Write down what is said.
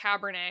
Cabernet